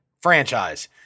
franchise